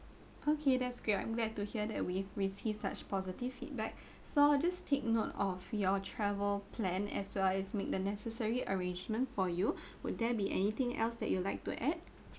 okay that's great I'm glad to hear that we receive such positive feedback so I'll just take note of your travel plan as well as make the necessary arrangement for you would there be anything else that you'd like to add